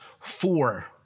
four